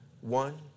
one